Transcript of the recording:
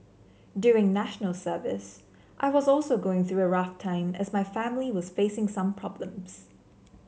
during National Service I was also going through a rough time as my family was facing some problems